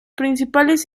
principales